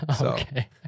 Okay